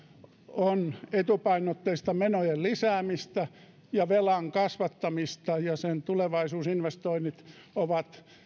on etupainotteista menojen lisäämistä ja velan kasvattamista ja sen tulevaisuusinvestoinnit ovat